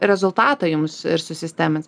rezultatą jums ir susistemins